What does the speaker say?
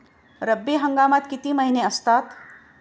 रब्बी हंगामात किती महिने असतात?